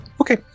okay